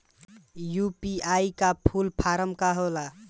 UPI का full form का होला?